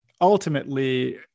ultimately